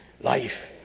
life